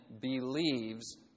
believes